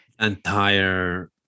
entire